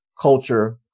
culture